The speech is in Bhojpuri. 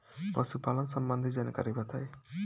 पशुपालन सबंधी जानकारी बताई?